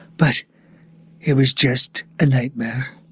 but it was just a nightmare.